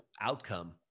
outcome